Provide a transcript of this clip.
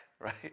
right